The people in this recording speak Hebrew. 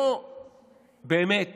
אז זה לא באמת